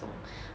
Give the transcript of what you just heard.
种